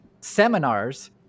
seminars